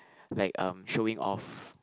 like um showing off